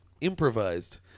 Improvised